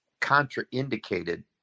contraindicated